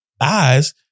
eyes